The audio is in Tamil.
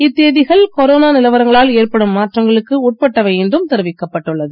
இத்தேதிகள் கொரோனா நிலவரங்களால் ஏற்படும் மாற்றங்களுக்கு உட்பட்டவை என்றும் தெரிவிக்கப் பட்டுள்ளது